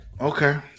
Okay